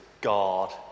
God